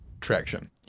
traction